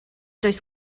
does